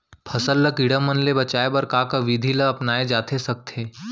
फसल ल कीड़ा मन ले बचाये बर का का विधि ल अपनाये जाथे सकथे?